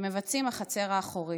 שמבצעת "החצר האחורית".